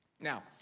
Now